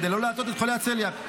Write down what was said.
כדי לא להטעות את חולי הצליאק.